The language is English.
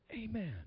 Amen